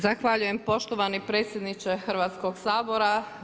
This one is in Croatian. Zahvaljujem poštovani predsjedniče Hrvatskog sabora.